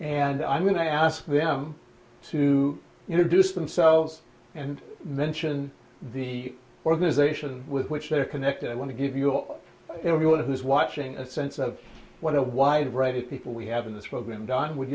and i'm going to ask them to introduce themselves and mention the organization with which they're connected i want to give you all everyone who's watching a sense of what a wide range of people we have in this program done would